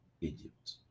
Egypt